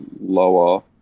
lower